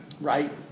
right